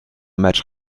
match